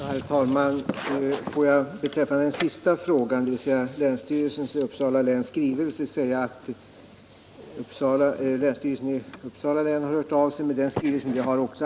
Herr talman! Får jag beträffande den sista frågan, om länsstyrelsens i Uppsala län skrivelse, säga att länsstyrelsen i Uppsala län har hört av sig.